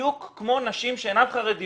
בדיוק כמו נשים שאינן חרדיות.